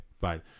fine